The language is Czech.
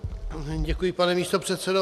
Děkuji, pane místopředsedo.